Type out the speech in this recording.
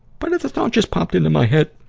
but a thought just popped in in my head,